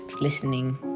listening